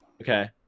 Okay